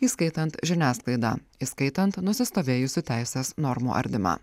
įskaitant žiniasklaidą įskaitant nusistovėjusių teisės normų ardymą